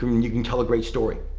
um and you can tell a great story.